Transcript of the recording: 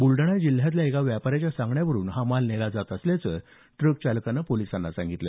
बुलडाणा जिल्ह्यातल्या एका व्यापाऱ्याच्या सांगण्यावरून हा माल नेला जात असल्याचं टूक चालकानं पोलिसांना सांगितलं